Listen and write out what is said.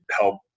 help